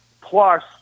Plus